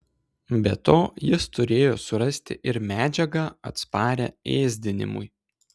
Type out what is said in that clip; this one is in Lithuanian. be to jis turėjo surasti ir medžiagą atsparią ėsdinimui